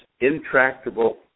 intractable